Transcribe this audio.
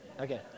Okay